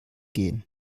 gehen